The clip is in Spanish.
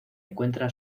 encuentra